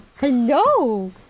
Hello